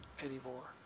anymore